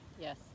yes